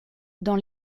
dans